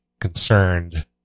concerned